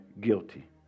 guilty